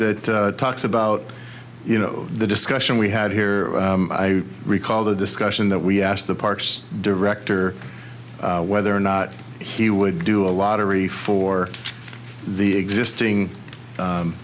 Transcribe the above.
that talks about you know the discussion we had here i recall the discussion that we asked the parks director whether or not he would do a lottery for the existing